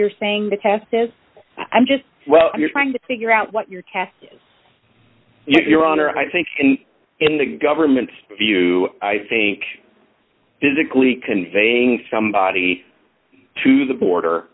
you're saying the test is i'm just well you're trying to figure out what your test your honor i think in the government's view i think physically conveying somebody to the border